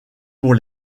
pour